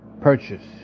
purchase